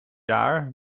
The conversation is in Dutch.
jaar